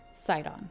Sidon